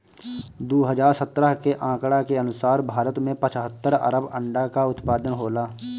दू हज़ार सत्रह के आंकड़ा के अनुसार भारत में पचहत्तर अरब अंडा कअ उत्पादन होला